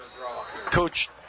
Coach